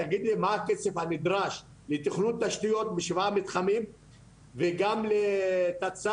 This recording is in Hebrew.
תגיד לי מה הכסף הנדרש לתכנון תשתיות בשבעה מתחמים וגם לתצ"ר.